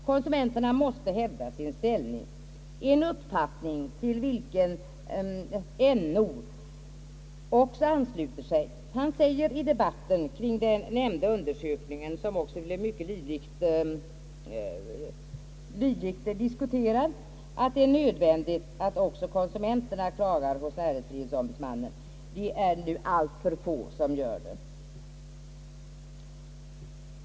Konsumenten måste hävda sin ställning — en uppfattning till vilken näringsfrihetsombudsmannen «ansluter sig. Han säger i debatten kring den nämnda undersökningen som blev mycket livlig att det är nödvändigt att också konsumenterna klagar hos näringsfrihetsombudsmannen. Det är nu alltför få som gör det.